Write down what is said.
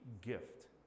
gift